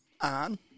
on